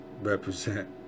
represent